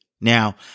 Now